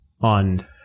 on